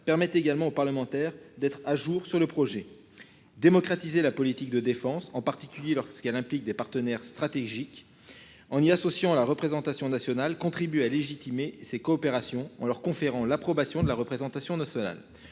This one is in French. permet également aux parlementaires d'être à jour sur le projet. Démocratiser la politique de défense en particulier lorsqu'elles impliquent des partenaires stratégiques, en y associant la représentation nationale, contribue à légitimer ces coopérations en leur conférant l'approbation de la représentation nationale,